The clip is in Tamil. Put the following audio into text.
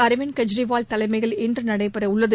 அரிவிந்த் கெஜ்ரிவால் தலைமையில் இன்று நடைபெறவுள்ளது